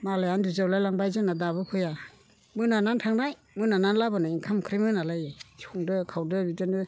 मालाया उन्दु जोबलाय लांबाय जोंना दाबो फैया मोनानानै थांनाय मोनानानै लाबोनाय ओंखाम ओंख्रि मोना लायो संदो खावदो बिदिनो